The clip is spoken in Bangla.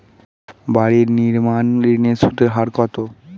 বাড়ি নির্মাণ ঋণের সুদের হার কত?